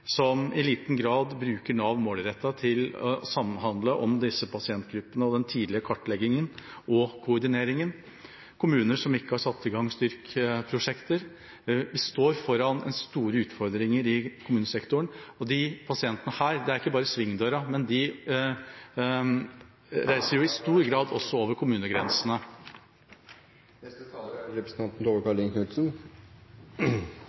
som i liten grad bruker Nav målrettet for å samhandle om disse pasientgruppene og om den tidlige kartleggingen og koordineringen. Vi ser kommuner som ikke har satt i gang STYRK-prosjekter. Vi står foran store utfordringer i kommunesektoren. Disse pasientene er ikke bare i svingdøra, de reiser i stor grad også over kommunegrensene.